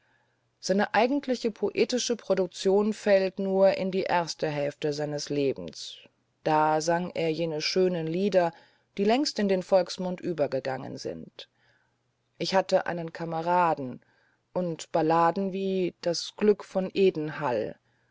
seine eigentliche poetische produktion fällt in die erste hälfte seines lebens da sang er jene schönen lieder die längst in den volksmund übergegangen sind ich hatt einen kameraden und balladen wie das glück von